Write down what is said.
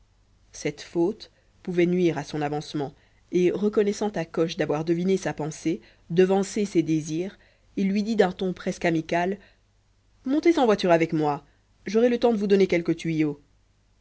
cette faute pouvait nuire a son avancement et reconnaissant à coche d'avoir deviné sa pensée devancé ses désirs il lui dit d'un ton presque amical montez en voiture avec moi j'aurai le temps de vous donner quelques tuyaux